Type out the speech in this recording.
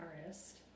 artist